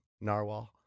narwhal